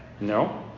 No